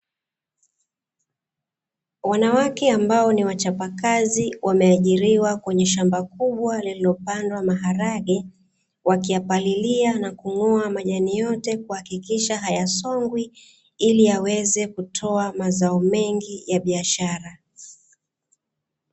Wanawake ambao ni wachapakazi wameajiriwa kwenye shamba kubwa lililopandwa maharage, wakiyapalilia na kung'oa majani yote kuhakikisha hayasongwi, ili yaweze kutoa mazao mengi ya biashara.